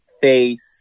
face